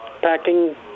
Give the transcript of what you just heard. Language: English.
packing